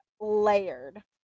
layered